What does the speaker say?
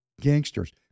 Gangsters